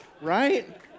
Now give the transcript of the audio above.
Right